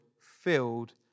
filled